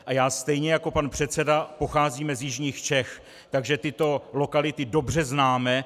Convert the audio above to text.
A já stejně jako pan předseda pocházíme z jižních Čech, takže tyto lokality dobře známe.